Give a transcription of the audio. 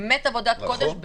באמת עבודת קודש -- נכון.